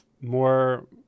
more